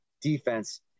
defense